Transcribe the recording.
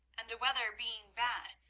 and the weather being bad,